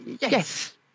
Yes